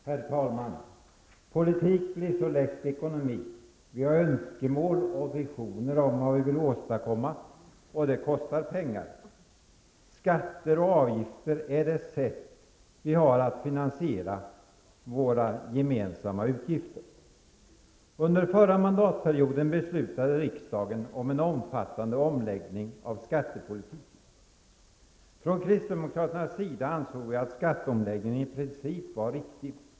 Herr talman! Politik blir så lätt ekonomi. Vi har önskemål och visioner om vad vi vill åstadkomma, och det kostar pengar. Skatter och avgifter är det sätt vi har att finansiera våra gemensamma utgifter. Under förra mandatperioden beslutade riksdagen om en omfattande omläggning av skattepolitiken. Från kristdemokraternas sida ansåg vi att skatteomläggningen i princip var riktig.